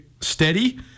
steady